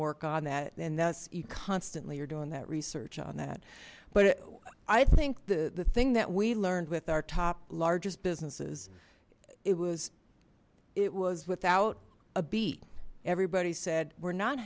work on that and that's you constantly are doing that research on that but i think the the thing that we learned with our top largest businesses it was it was without a beat everybody said we're not